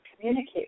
communicate